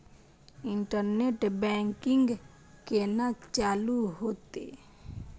Internet banking केना चालू हेते?